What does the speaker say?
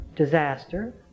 Disaster